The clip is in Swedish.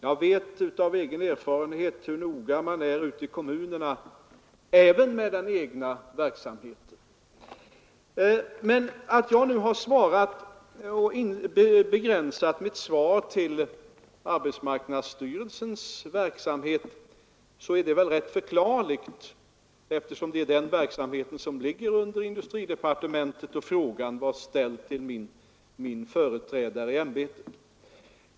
Jag vet av egen erfarenhet hur noga man ute i kommunerna är även med den egna verksamheten. Att jag nu har begränsat mitt svar till arbetsmarknadsstyrelsens verksamhet är förklarligt, eftersom det är den verksamheten som ligger under inrikesdepartementet och frågan var ställd till min företrädare i ämbetet.